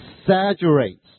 exaggerates